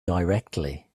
directly